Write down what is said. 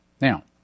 Now